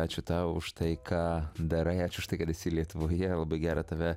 ačiū tau už tai ką darai ačiū už tai kad esi lietuvoje labai gera tave